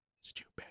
stupid